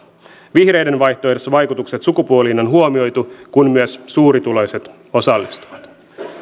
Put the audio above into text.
vihreiden vaihtoehdossa vaikutukset sukupuoliin on huomioitu kun myös suurituloiset osallistuvat